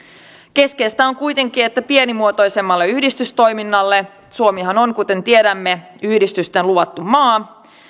keskeistä on kuitenkin että pienimuotoisemmalle yhdistystoiminnalle suomihan on kuten tiedämme yhdistysten luvattu maa